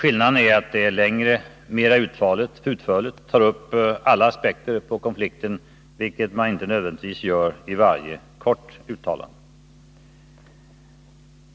Skillnaden är att det är längre och mer utförligt och tar uppalla aspekter på konflikten, vilket man inte nödvändigtvis gör i varje kort uttalande.